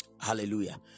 hallelujah